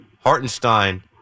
Hartenstein